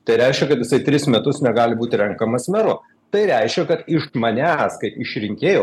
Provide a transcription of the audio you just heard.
tai reiškia kad jisai tris metus negali būti renkamas meru tai reiškia kad iš manęs kaip iš rinkėjo